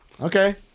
Okay